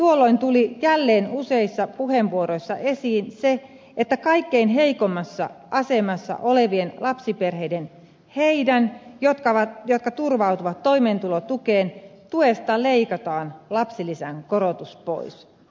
tuolloin tuli jälleen useissa puheenvuoroissa esiin se että kaikkein heikoimmassa asemassa olevien lapsiperheiden niiden jotka turvautuvat toimeentulotukeen tuesta leikataan lapsilisän korotus pois